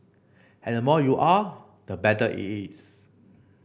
and the more you are the better it is